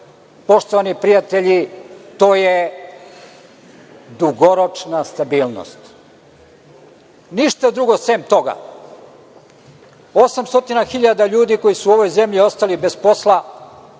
Poštovani prijatelji, to je dugoročna stabilnost. Ništa drugo sem toga. Dakle, 800 hiljada ljudi koji su ovoj zemlji ostali bez posla